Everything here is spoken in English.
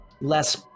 less